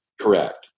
Correct